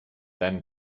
then